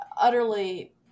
utterly